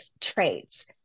traits